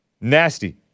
nasty